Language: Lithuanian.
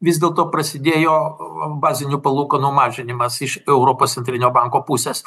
vis dėlto prasidėjo bazinių palūkanų mažinimas iš europos centrinio banko pusės